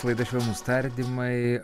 laida švelnūs tardymai